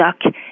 stuck